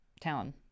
town